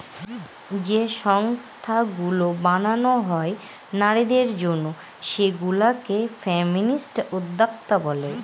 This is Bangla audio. যে সংস্থাগুলো বানানো হয় নারীদের জন্য সেগুলা কে ফেমিনিস্ট উদ্যোক্তা বলে